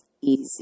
easy